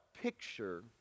picture